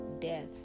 death